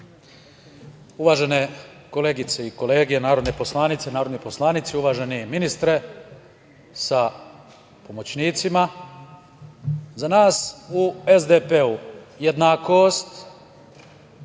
Uvažene koleginice i kolege narodne poslanice i narodni poslanici, uvaženi ministre sa pomoćnicima, za nas u SDP-u jednakost,